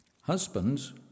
Husbands